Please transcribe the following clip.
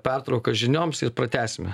pertrauką žinioms ir pratęsime